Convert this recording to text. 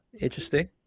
interesting